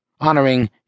honoring